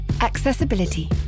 Accessibility